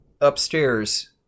upstairs